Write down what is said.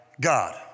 God